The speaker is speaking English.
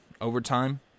overtime